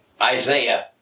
Isaiah